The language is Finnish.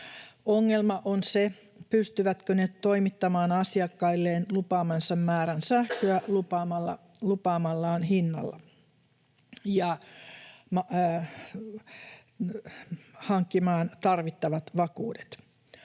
Ongelma on se, pystyvätkö ne toimittamaan asiakkailleen lupaamansa määrän sähköä lupaamallaan hinnalla ja hankkimaan tarvittavat vakuudet.